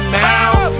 now